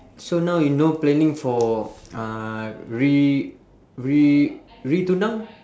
so now you no planning for uh re~ re~ re-tunang